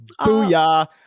Booyah